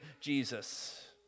Jesus